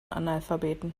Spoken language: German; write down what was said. analphabeten